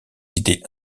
idées